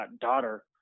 daughter